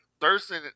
Thurston